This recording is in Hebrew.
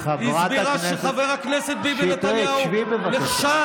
די, חברי הקואליציה, מספיק.